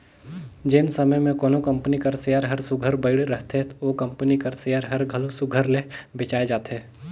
जेन समे में कोनो कंपनी कर सेयर हर सुग्घर बइढ़ रहथे ओ कंपनी कर सेयर हर घलो सुघर ले बेंचाए जाथे